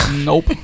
Nope